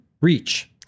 reach